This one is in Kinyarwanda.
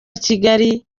kigali